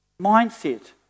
mindset